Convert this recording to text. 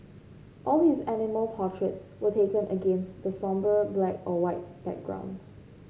all his animal portraits were taken against the sombre black or white background